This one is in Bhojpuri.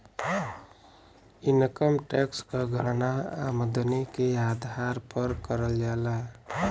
इनकम टैक्स क गणना आमदनी के आधार पर करल जाला